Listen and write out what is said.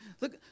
look